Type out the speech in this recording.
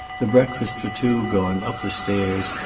the breakfast for two going up the stairs,